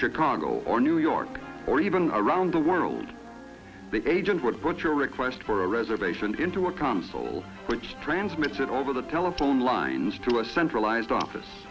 chicago or new york or even around the world the agent would put your request for a reservation into a console which transmits it over the telephone lines to a centralized office